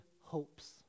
hopes